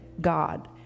God